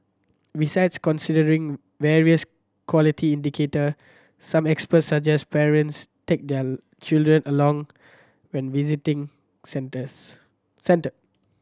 besides considering various quality indicator some experts suggest parents take their children along when visiting centres